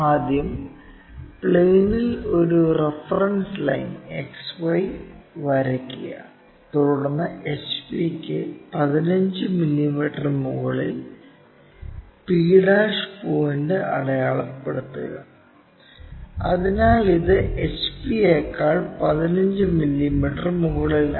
ആദ്യം പ്ലെയിനിൽ ഒരു റഫറൻസ് ലൈൻ XY വരയ്ക്കുക തുടർന്ന് HP ക്ക് 15 മില്ലീമീറ്റർ മുകളിൽ p' പോയിന്റ് അടയാളപ്പെടുത്തുക അതിനാൽ ഇത് HP യെക്കാൾ 15 മില്ലിമീറ്റർ മുകളിലാണ്